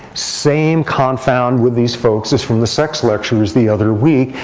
same confound with these folks as from the sex lectures the other week,